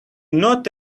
not